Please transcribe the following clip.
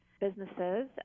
businesses